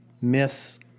miss